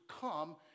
come